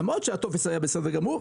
למרות שהטופס היה בסדר גמור,